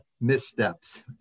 missteps